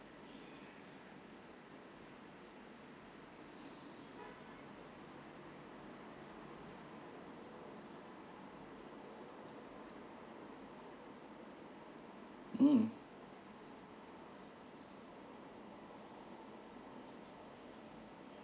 mm